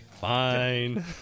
Fine